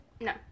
No